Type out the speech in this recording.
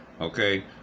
Okay